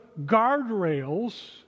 guardrails